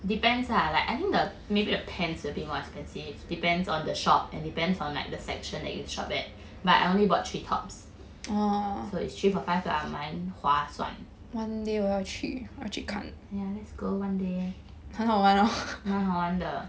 depends lah like I think maybe the pants is a bit more expensive depends on the shop and depends on like the section that you shop at but I only bought three tops so it's three for five lah 蛮划算 yeah let's go one day 蛮好玩的